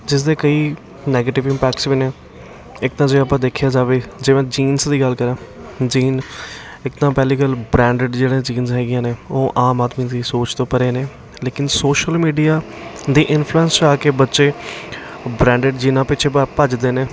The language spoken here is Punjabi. ਜਿਸਦੇ ਕਈ ਨੈਗੇਟਿਵ ਇੰਪੈਕਟਸ ਵੀ ਨੇ ਇੱਕ ਤਾਂ ਜੇ ਆਪਾਂ ਦੇਖਿਆ ਜਾਵੇ ਜੇ ਮੈਂ ਜੀਨਸ ਦੀ ਗੱਲ ਕਰਾਂ ਜੀਨ ਇੱਕ ਤਾਂ ਪਹਿਲੀ ਗੱਲ ਬਰੈਂਡਡ ਜਿਹੜਾ ਜੀਨਸ ਹੈਗੀਆਂ ਨੇ ਉਹ ਆਮ ਆਦਮੀ ਦੀ ਸੋਚ ਤੋਂ ਪਰੇ ਨੇ ਲੇਕਿਨ ਸੋਸ਼ਲ ਮੀਡੀਆ ਦੀ ਇਨਫਲੂਐਂਸ 'ਚ ਆ ਕੇ ਬੱਚੇ ਬਰੈਂਡਡ ਜੀਨਾ ਪਿੱਛੇ ਭ ਭੱਜਦੇ ਨੇ